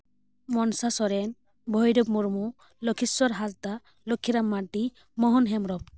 Mansa Soren Bhairab Murmu Lakhiswar Hansda Lakhiram Mardi Mohan Hembrom